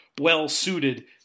well-suited